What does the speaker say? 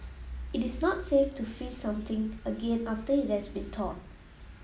it is not safe to freeze something again after it has been thawed